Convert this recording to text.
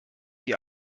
wie